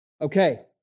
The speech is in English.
Okay